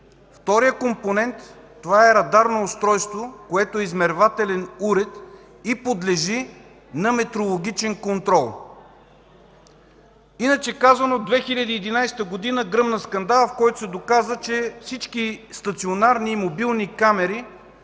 Вторият компонент е радарно устройство, което е измервателен уред и подлежи на метрологичен контрол. Иначе казано – през 2011 г. гръмна скандал, при който се доказа, че всички стационарни и мобилни камери